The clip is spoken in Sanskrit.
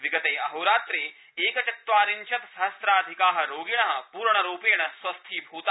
विगते अहोरात्रे एकचत्तवारिशद सहस्राधिका रोगिण पूर्णरूपेण स्वस्थीभृता